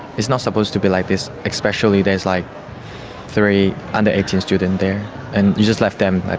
it's not supposed to be like this, especially there's like three under eighteen students there and you just left them like